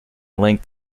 length